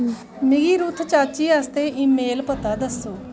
मिगी रुथ चाची आस्तै ईमेल पता दस्सो